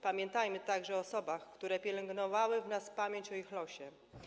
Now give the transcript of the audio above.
Pamiętajmy także o osobach, które pielęgnowały w nas pamięć o ich losie.